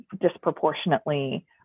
disproportionately